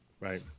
Right